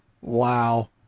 Wow